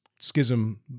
schism